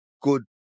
good